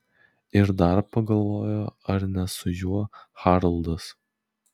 ir dar pagalvojo ar ne su juo haroldas